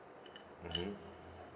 mmhmm